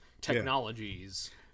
technologies